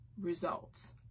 results